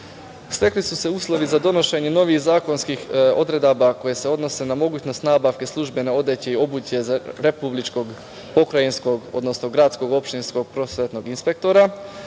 stekli su se uslovi za donošenje novih zakonskih odredaba koje se odnose na mogućnost nabavke službene odeće i obuće za republičkog, pokrajinskog, odnosno gradskog, opštinskog inspektora,